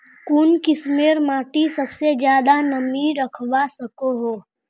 कुन किस्मेर माटी सबसे ज्यादा नमी रखवा सको हो?